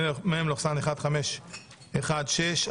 מ/1516.